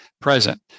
present